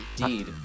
Indeed